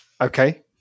Okay